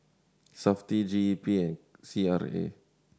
Safti G E P and C R A